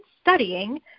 studying